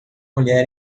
mulher